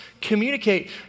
communicate